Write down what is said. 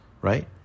right